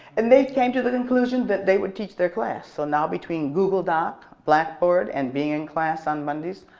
and they came to the conclusion that they would teach their class. so now between google docs, blackboard, and being in class on mondays,